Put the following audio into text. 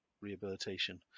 rehabilitation